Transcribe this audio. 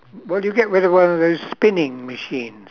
what do you get rid of one of those spinning machines